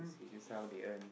see this's how they earn